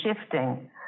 shifting